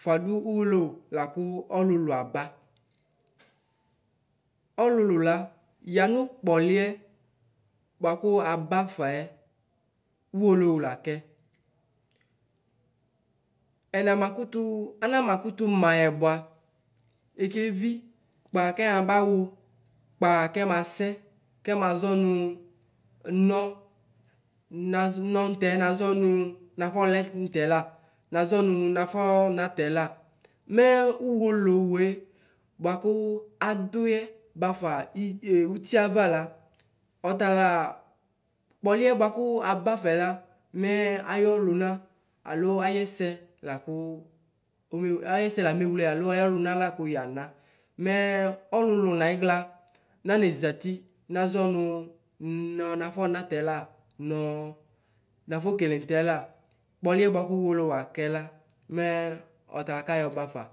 fʋadʋ ʋwolowo lakʋ ɔlʋlʋ aba ɔlʋlʋ la yanʋ kpɔliɛ bʋakʋ abafɛ ʋwolowo lakɛ ɛnama kʋtʋ ɛnama kʋtʋ mayɛ bʋa ekevi kpa kɛyabawʋ kpa kɛmasɛ kɛmazɔ nʋ nɔ ɲtɛ nazɔ nʋ nafɔlɛ mʋtɛlanazɔ nʋ nafɔ natɛla mɛ ʋwolowʋe bʋakʋ adɔyɛ bafa my ʋtiewa la ɔtala kpɔliɛ bʋakʋ abafala mɛ ayʋ lʋna alo ɛyɛsɛ lakʋayo ɛsɛ lamewle alo ayɔ lvna lakʋ yana mɛ ɔlʋlʋ nayi ɣla nenezati nazɔ nʋ nɔ nafɔ natɛla nɔ nafɔkele mʋtɛ la kpɔli bʋakʋ ʋwolowʋ akɛ la mɛ ɔtala kayɔ bafa.